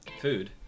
food